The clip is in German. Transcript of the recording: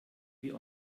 wie